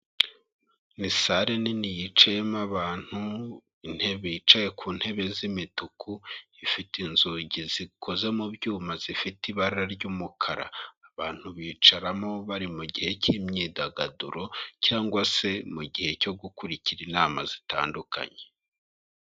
Ni salle nini yicayemo abantu, intebe... bicaye ku ntebe z'imituku. Ifite inzugi zikoze mu byuma zifite ibara ry'umukara. Abantu bicaramo bari mu gihe cy'imyidagaduro, cyangwa se mu gihe cyo gukurikira inama zitandukanye.